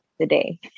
today